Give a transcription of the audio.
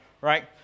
right